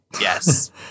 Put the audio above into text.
Yes